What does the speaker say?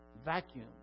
Vacuum